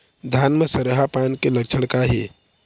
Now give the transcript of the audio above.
धान म सरहा पान के लक्षण का हे?